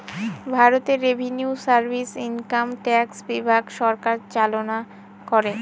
ভারতে revenue service income tax বিভাগ সরকার চালনা করে